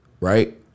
Right